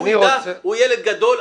הוא ילד גדול,